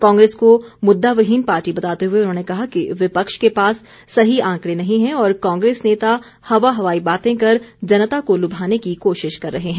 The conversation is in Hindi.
कांग्रेस को मुद्दाविहीन पार्टी बताते हुए उन्होंने कहा कि विपक्ष के पास सही आंकड़े नहीं हैं और कांग्रेस नेता हवा हवाई बातें कर जनता को लुभाने की कोशिश कर रहे हैं